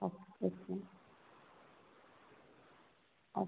okay okay